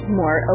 more